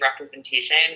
representation